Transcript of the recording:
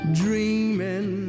dreaming